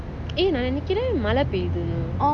நான் நெனைக்கிறேன் மழை பெய்துன்னு:naan nenaikiran mazha peithunu